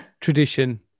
tradition